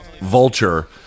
vulture